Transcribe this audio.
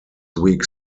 week